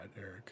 Eric